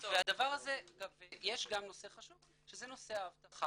ויש גם נושא חשוב שזה נושא האבטחה.